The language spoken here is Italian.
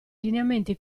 lineamenti